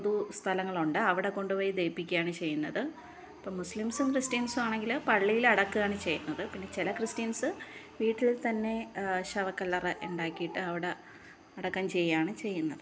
പൊതുസ്ഥലങ്ങളുണ്ട് അവിടെ കൊണ്ട് പോയി ദഹിപ്പിക്കാണ് ചെയ്യുന്നത് ഇപ്പം മുസ്ലീംസും ക്രിസ്ത്യന്സും ആണെങ്കിൽ പള്ളിയിൽ അടക്കുകാണ് ചെയ്യുന്നത് ചില ക്രിസ്ത്യന്സ് വീട്ടില് തന്നെ ശവകല്ലറ ഉണ്ടാക്കിട്ട് അവിടെ അടക്കം ചെയ്യാണ് ചെയ്യുന്നത്